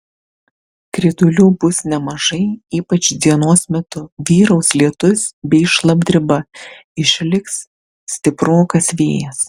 kritulių bus nemažai ypač dienos metu vyraus lietus bei šlapdriba išliks stiprokas vėjas